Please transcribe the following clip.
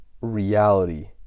reality